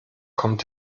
kommt